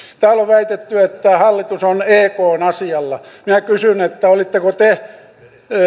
täällä on väitetty että hallitus on ekn asialla minä kysyn olitteko te